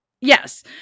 Yes